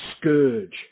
scourge